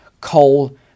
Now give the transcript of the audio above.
coal